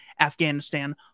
Afghanistan